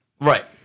Right